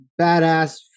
badass